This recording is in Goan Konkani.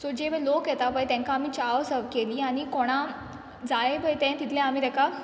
सो जे माय लोक येता पय तेंकां आमी चाव सर्व केली आनी कोणा जाय पय तें तितलें आमी तेका